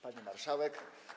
Pani Marszałek!